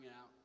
out